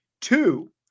Two